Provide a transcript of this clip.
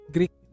Greek